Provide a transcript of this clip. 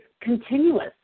continuous